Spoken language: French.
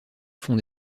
font